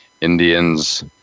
Indians